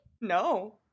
no